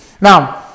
now